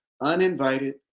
uninvited